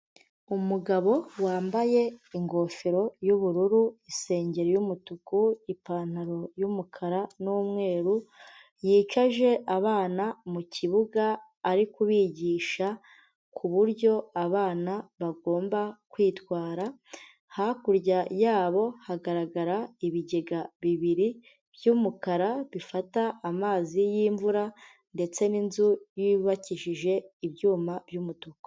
Umugabo wambaye ingofero y'ubururu, isengeri y'umutuku, ipantaro y'umukara n'umweru, yicaje abana mu kibuga ari kubigisha ku buryo abana bagomba kwitwara, hakurya yabo hagaragara ibigega bibiri by'umukara bifata amazi y'imvura, ndetse n'inzu yubakishije ibyuma by'umutuku.